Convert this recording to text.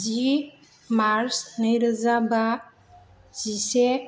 जि March नै रोजा बा जिसे